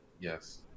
Yes